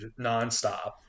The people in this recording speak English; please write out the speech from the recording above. nonstop